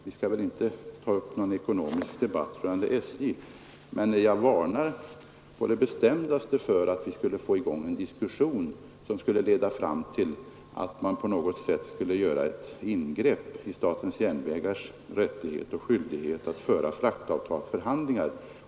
Vi skall inte nu ta upp någon ekonomisk debatt rörande SJ, men jag varnar på det bestämdaste för att vi skulle få en diskussion som skulle leda fram till att man på något vis skulle göra ett ingrepp i SJ:s rättighet och skyldighet att föra fraktavtalsförhandlingar.